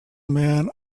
men